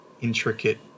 intricate